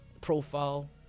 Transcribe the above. profile